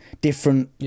different